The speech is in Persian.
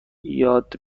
یاد